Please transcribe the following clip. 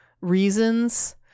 reasons